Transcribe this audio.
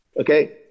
okay